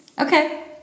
Okay